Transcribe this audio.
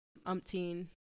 umpteen